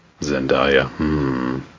Zendaya